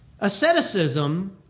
Asceticism